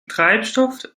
treibstoff